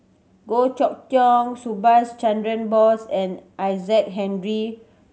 Goh Chok Tong Subhas Chandra Bose and Isaac Henry